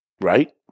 right